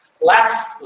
Last